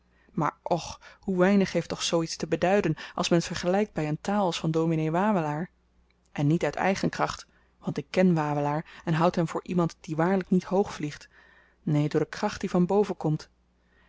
maar och hoe weinig heeft toch zoo iets te beduiden als men t vergelykt by een taal als van dominee wawelaar en niet uit eigen kracht want ik ken wawelaar en houd hem voor iemand die waarlyk niet hoog vliegt neen door de kracht die van boven komt